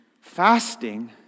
fasting